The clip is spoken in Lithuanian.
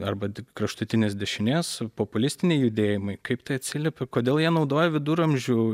arba kraštutinės dešinės populistiniai judėjimai kaip tai atsiliepė kodėl jie naudoja viduramžių